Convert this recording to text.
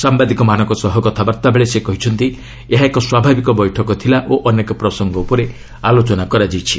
ସାମ୍ଭାଦିକମାନଙ୍କ ସହ କଥାବାର୍ଭାବେଳେ ସେ କହିଛନ୍ତି ଏହା ଏକ ସ୍ୱାଭାବିକ ବୈଠକ ଥିଲା ଓ ଅନେକ ପ୍ରସଙ୍ଗ ଉପରେ ଆଲୋଚନା କରାଯାଇଛି